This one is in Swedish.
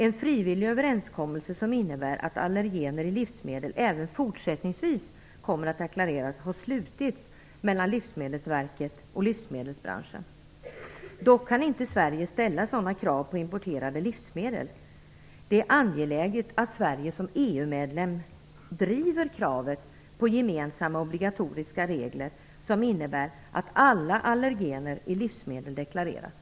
En frivillig överenskommelse som innebär att allergener i livsmedel även fortsättningsvis kommer att deklareras har slutits mellan Livsmedelsverket och livsmedelsbranschen. Sverige kan dock inte ställa sådana krav på importerade livsmedel. Det är angeläget att Sverige som EU-medlem driver kravet på gemensamma obligatoriska regler som innebär att alla allergener i livsmedel deklareras.